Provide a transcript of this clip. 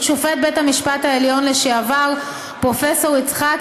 שופט בית המשפט העליון לשעבר פרופ' יצחק